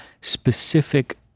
specific